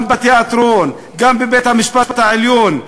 גם בתיאטרון, גם בבית-המשפט העליון.